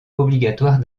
obligatoires